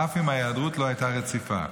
אף אם ההיעדרות לא הייתה רציפה.